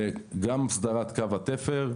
וגם הסדרת קו התפר,